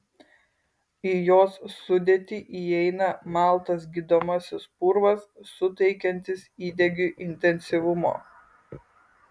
į jos sudėtį įeina maltas gydomasis purvas suteikiantis įdegiui intensyvumo